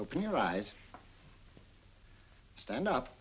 open your eyes stand up